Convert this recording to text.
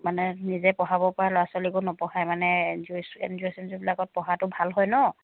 মানে নিজে পঢ়াবপৰা ল'ৰা ছোৱালীকো নপঢ়ায় মানে এন জি অ' চেন জি অ'বিলাকত পঢ়াটো ভাল হয় ন